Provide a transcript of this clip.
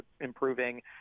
improving